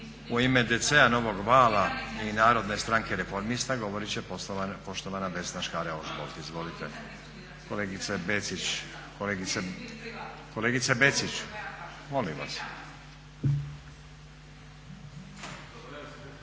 U ime DC-a Novog vala i Narodne stranke-reformista govorit će poštovana Vesna Škare-Ožbolt. Izvolite. Kolegice Bečić, kolegice